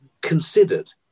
considered